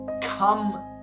come